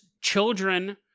children